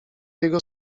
jego